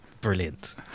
brilliant